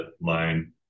line